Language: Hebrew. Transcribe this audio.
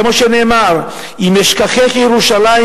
כמו שנאמר: 'אם אשכחך ירושלים,